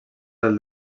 del